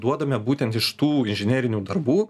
duodame būtent iš tų inžinerinių darbų